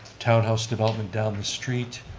townhouse development down the street.